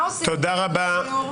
אז מה עושים, יושב-ראש הוועדה?